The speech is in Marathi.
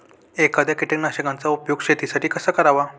एखाद्या कीटकनाशकांचा उपयोग शेतीसाठी कसा करावा?